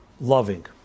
loving